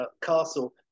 castle